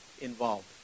involved